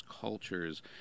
cultures